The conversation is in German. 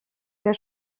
wer